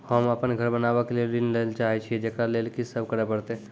होम अपन घर बनाबै के लेल ऋण चाहे छिये, जेकरा लेल कि सब करें परतै?